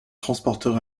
transporteur